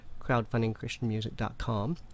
crowdfundingchristianmusic.com